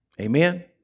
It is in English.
Amen